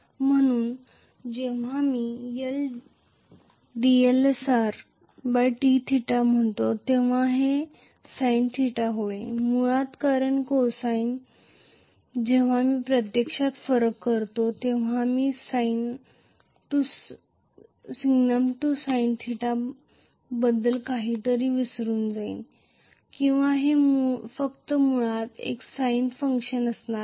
म्हणून जेव्हा मी dLsr dθ म्हणतो तेव्हा हे sinθ होईल मुळात कारण cosine जेव्हा मी प्रत्यक्षात फरक करतो तेव्हा मी sign -sinθ बद्दल काहीतरी विसरून जाईन किंवा हे फक्त मुळात एक साइन फंक्शन असणार आहे